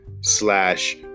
slash